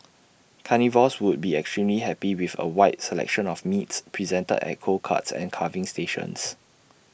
carnivores would be extremely happy with A wide selection of meats presented at cold cuts and carving stations